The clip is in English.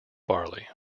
barley